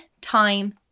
time